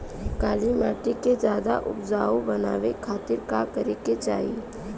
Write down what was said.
काली माटी के ज्यादा उपजाऊ बनावे खातिर का करे के चाही?